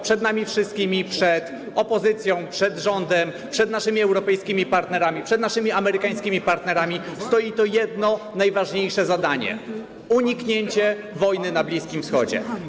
Przed nami wszystkimi, przed opozycją, przed rządem, przed naszymi europejskimi partnerami, przed naszymi amerykańskimi partnerami stoi to jedno, najważniejsze zadanie: uniknięcie wojny na Bliskim Wschodzie.